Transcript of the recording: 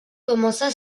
commença